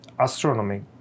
astronomy